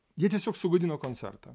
jie tiesiog sugadino koncertą